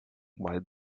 work